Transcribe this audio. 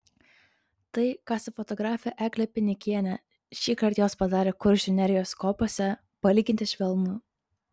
tai ką su fotografe egle pinikiene šįkart jos padarė kuršių nerijos kopose palyginti švelnu